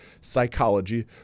psychology